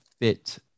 fit